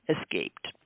escaped